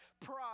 pride